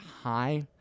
high